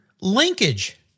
Linkage